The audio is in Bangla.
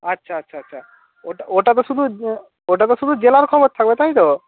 আচ্ছা আচ্ছা আচ্ছা ওটা ওটা তো শুধু ওটা তো শুধু জেলার খবর থাকবে তাই তো